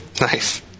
Nice